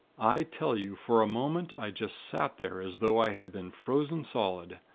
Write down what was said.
i tell you, for a moment, i just sat there as though i had been frozen solid.